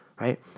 right